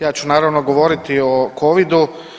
Ja ću naravno govoriti o covidu.